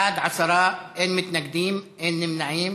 בעד, עשרה, אין מתנגדים, אין נמנעים.